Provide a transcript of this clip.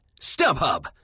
StubHub